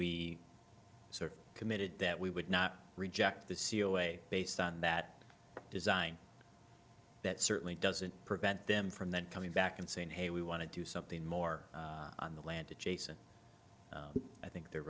we sort of committed that we would not reject the c e o way based on that design that certainly doesn't prevent them from then coming back and saying hey we want to do something more on the land adjacent i think they're